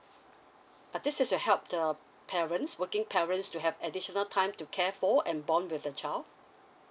ah this is to helps the parents working parents to have additional time to care for and bond with the child